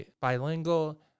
bilingual